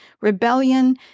rebellion